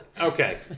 Okay